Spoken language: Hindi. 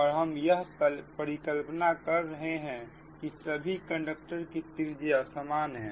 और हम यह परिकल्पना रहे हैं की सभी कंडक्टर की त्रिज्या समान है